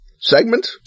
segment